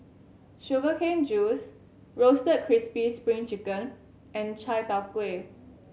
sugar cane juice Roasted Crispy Spring Chicken and chai tow kway